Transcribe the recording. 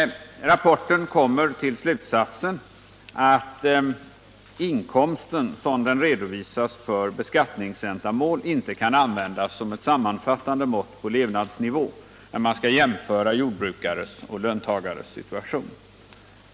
I rapporten kommer man till slutsatsen, att inkomsten sådan den redovisas för beskattningsändamål inte kan användas som ett sammanfattande mått på levnadsnivå, när man skall jämföra jordbrukares och löntagares situation.